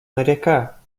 моряка